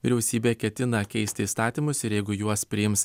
vyriausybė ketina keisti įstatymus ir jeigu juos priims